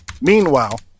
Meanwhile